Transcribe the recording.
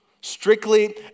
strictly